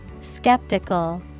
Skeptical